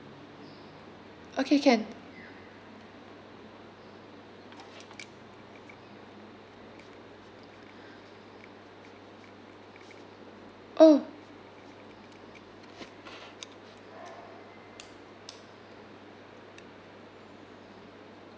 okay can oh